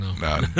No